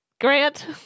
Grant